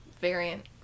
variant